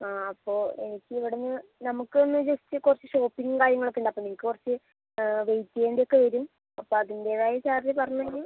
ആ അപ്പോൾ എനിക്ക് ഇവിടുന്ന് നമുക്ക് ഒന്ന് ജസ്റ്റ് കുറച്ച് ഷോപ്പിംഗും കാര്യങ്ങൾ ഒക്കെ ഉണ്ട് അപ്പോൾ നിങ്ങൾക്ക് കുറച്ച് വെയിറ്റ് ചെയ്യേണ്ടി ഒക്കെ വരും അപ്പോൾ അതിൻ്റെതായ ചാർജ് പറഞ്ഞാല്